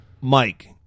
Mike